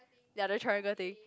ya the triangle thing